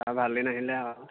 তাৰ ভাল দিন আহিলে আৰু